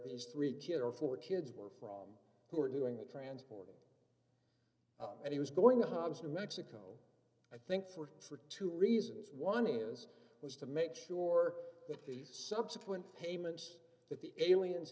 these three jitter for kids were from who were doing the transporting and he was going hogs to mexico i think for for two reasons one is was to make sure that the subsequent payments that the aliens